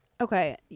okay